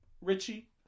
Richie